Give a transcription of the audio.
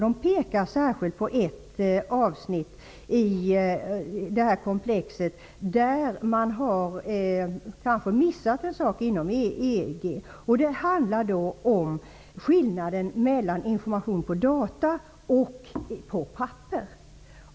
De pekar särskilt på ett avsnitt i detta komplex där man kanske har missat en sak inom EG. Det handlar om skillnaden mellan information på data och på papper.